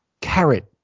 carrot